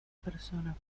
persona